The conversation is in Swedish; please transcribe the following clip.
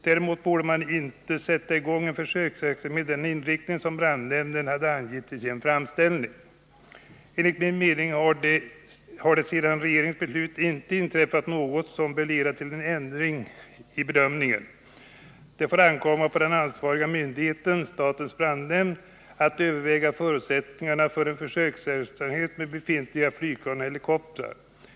Däremot borde man inte sätta i gång en försöksverksamhet med den inriktning som brandnämnden hade angett i sin framställning. Enligt min mening har det sedan regeringens beslut inte inträffat något som bör leda till en ändrad bedömning. Det får ankomma på den ansvariga myndigheten, statens brandnämnd, att överväga förutsättningarna för en försöksverksamhet med befintliga flygplan och helikoptrar.